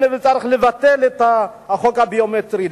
צריך לבטל את החוק הביומטרי.